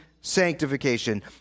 sanctification